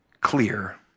clear